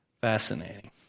Fascinating